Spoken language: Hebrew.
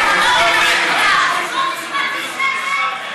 הכנסת נתקבלה.